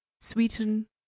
Sweeten